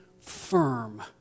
firm